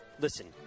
Listen